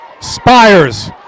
Spires